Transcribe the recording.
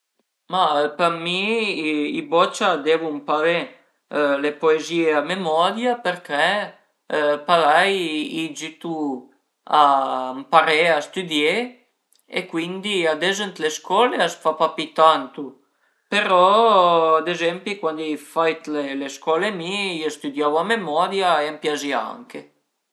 Ma për mi i bocia a devu ëmparé le poezìe a memoria perché parei i giütu a ëmparé a stüdié e cuindi ades ën le scole a s'fa pa pi tantu, però ad ezempi cuandi ai fait le scole mi i stüdiavu a memoria e a m'piazìa anche